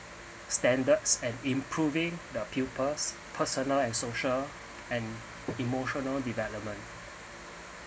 standards and improving the pupils personal and social and emotional development